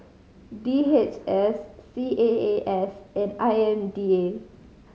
D H S C A A S and I M D A